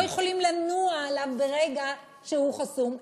לא יכולים לנוע עליו ברגע שהוא חסום,